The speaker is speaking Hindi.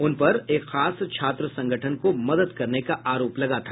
उनपर एक खास छात्र संगठन को मदद करने का आरोप लगा था